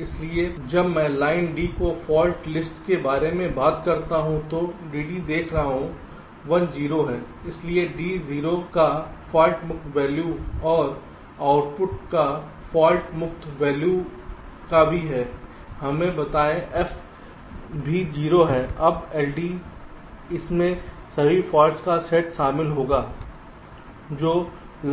इसलिए जब मैं लाइन D की फोल्ट लिस्ट के बारे में बात करता हूं तो DD देखें यह 1 0 है इसलिए D 0 का फाल्टमुक्त वैल्यू और आउटपुट का ल्टमुक्त वैल्यू का भी है हमें बताएं F भी 0 है अब LD इसमें सभी फॉल्ट्स का सेट शामिल होगा जो